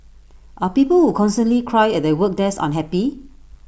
are people who constantly cry at their work desk unhappy